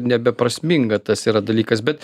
nebeprasminga tas yra dalykas bet